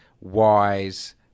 wise